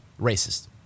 racist